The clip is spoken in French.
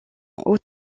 haut